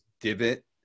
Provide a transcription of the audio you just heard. divot